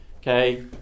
okay